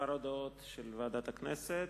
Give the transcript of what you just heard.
כמה הודעות של ועדת הכנסת.